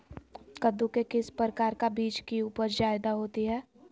कददु के किस प्रकार का बीज की उपज जायदा होती जय?